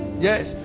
Yes